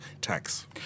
tax